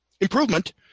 improvement